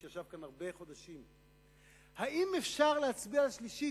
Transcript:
שישב כאן הרבה חודשים: האם אפשר להצביע על שלישית?